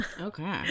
Okay